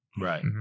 right